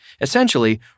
Essentially